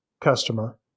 customer